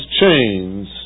chains